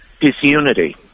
disunity